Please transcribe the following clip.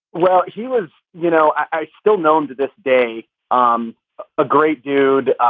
well, he was you know, i still known to this day um a great dude,